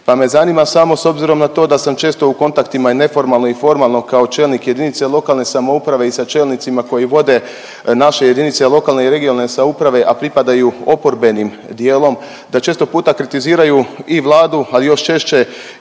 pa me zanima samo s obzirom na to da sam često u kontaktima i neformalno i formalno kao čelnik JLS i sa čelnicima koji vode naše JLRS, a pripadaju oporbenim dijelom, da često puta kritiziraju i Vladu, a i još češće